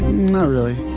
not really.